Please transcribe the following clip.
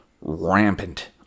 rampant